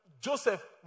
Joseph